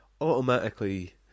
automatically